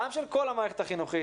גם של כל המערכת החינוכית,